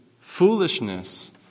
foolishness